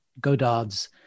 Godard's